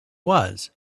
was